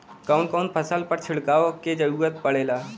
कवन कवन फसल पर छिड़काव के जरूरत पड़ेला?